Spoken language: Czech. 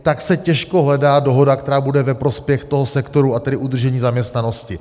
Tak se těžko hledá dohoda, která bude ve prospěch toho sektoru, a tedy udržení zaměstnanosti.